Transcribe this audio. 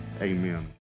amen